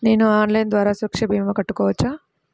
నేను ఆన్లైన్ ద్వారా సురక్ష భీమా కట్టుకోవచ్చా?